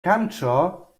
camacho